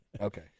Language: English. Okay